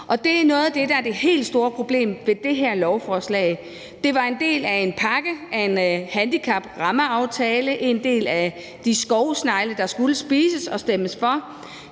det, der er det helt store problem ved det her lovforslag. Det var en del af en pakke, en del af en handicaprammeaftale, en del af de skovsnegle, der skulle spises og stemmes for,